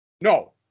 No